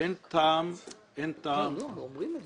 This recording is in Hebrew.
אני ממש